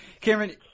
Cameron